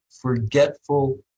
Forgetful